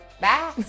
Bye